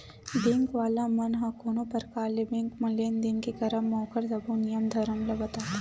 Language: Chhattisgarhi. बेंक वाला मन ह कोनो परकार ले बेंक म लेन देन के करब म ओखर सब्बो नियम धरम ल बताथे